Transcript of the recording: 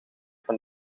van